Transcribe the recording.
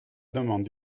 demande